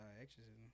exorcism